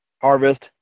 Harvest